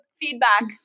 feedback